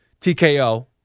TKO